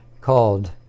called